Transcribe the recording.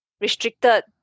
restricted